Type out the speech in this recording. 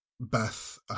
beth